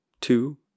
two